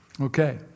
Okay